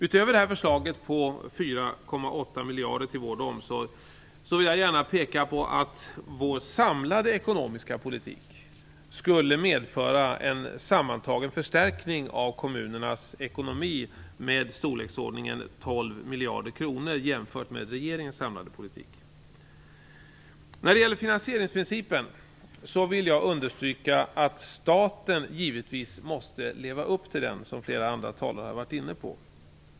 Utöver detta anslag om 4,8 miljarder till vård och omsorg vill jag peka på att vår samlade ekonomiska politik skulle medföra en sammantagen förstärkning av kommunernas ekonomi i storleksordningen 12 miljarder kronor jämfört med regeringens samlade politik. När det gäller finansieringsprincipen vill jag understryka att staten givetvis, som flera andra talare här har varit inne på, måste leva upp till denna.